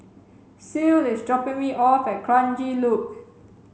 Ceil is dropping me off at Kranji Loop